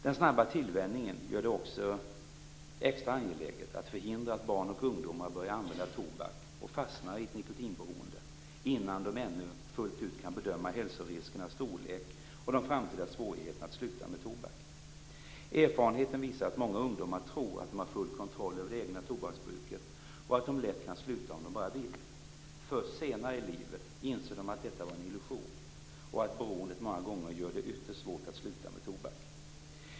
Den snabba tillvänjningen gör det också extra angeläget att förhindra att barn och ungdomar börjar använda tobak och fastnar i ett nikotinberoende, innan de ännu kan fullt ut bedöma hälsoriskernas storlek och de framtida svårigheterna att sluta med tobak. Erfarenheten visar att många ungdomar tror att de har full kontroll över det egna tobaksbruket och att de lätt kan sluta om de bara vill. Först senare i livet inser de att detta varit en illusion, och att beroendet många gånger gör det ytterst svårt att sluta med tobak.